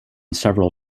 several